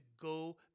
go